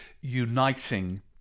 uniting